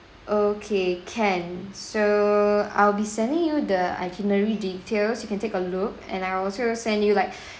okay can so I'll be sending you the itinerary details you can take a look and I will also send you like